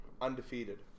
Undefeated